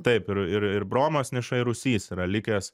taip ir ir ir bromas niša ir rūsys yra likęs